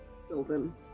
Sylvan